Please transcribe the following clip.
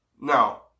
Now